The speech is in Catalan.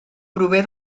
prové